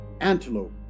antelope